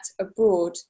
abroad